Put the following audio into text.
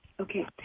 Okay